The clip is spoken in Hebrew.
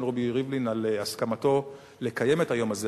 רובי ריבלין על הסכמתו לקיים את היום הזה.